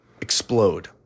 explode